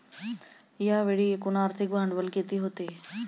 यावेळी एकूण आर्थिक भांडवल किती होते?